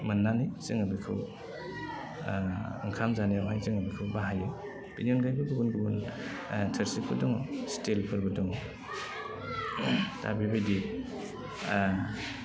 मोन्नानै जोङो बेखौ ओंखाम जानायावहाय जोङो बेखौ बाहायो बेनि अनगायैबो गुबुन गुबुन थोरसिफोर दङ स्टिलफोरबो दङ दा बेबायदि